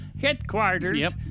headquarters